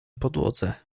podłodze